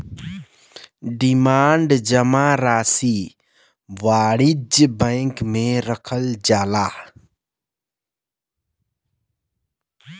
demand जमा राशी वाणिज्य बैंक मे रखल जाला